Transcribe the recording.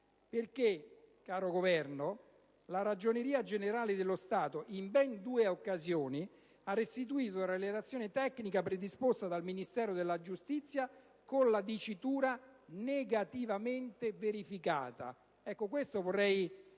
assunti! Infatti, la Ragioneria generale dello Stato in ben due occasioni ha restituito la relazione tecnica predisposta dal Ministero della giustizia con la dicitura: «negativamente verificata». Vorrei